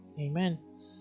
Amen